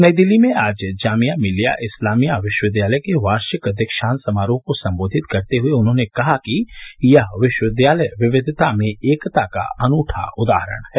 नई दिल्ली में आज जामिया मिल्लिया इस्लामिया विश्वविद्यालय के वार्षिक दीक्षांत समारोह को संबोधित करते हुए उन्होंने कहा कि यह विश्वविद्यालय विविधता में एकता का एक अनुग उदाहरण है